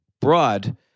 broad